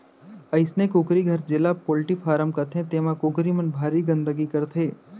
अइसने कुकरी घर जेला पोल्टी फारम कथें तेमा कुकरी मन भारी गंदगी करथे